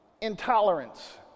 Intolerance